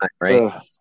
Right